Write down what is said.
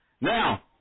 Now